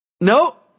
No